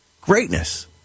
greatness